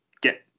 get